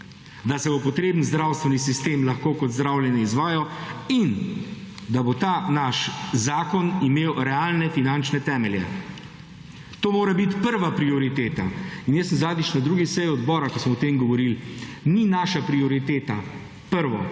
da se bo potreben zdravstveni sistem lahko kot zdravljenje izvajal in da bo ta naš zakon imel realne finančne temelje. To mora biti prva prioriteta. In jaz sem zadnjič na drugi seji odbora, ko smo o tem govorili, ni naša prioriteta prvo,